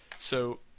so,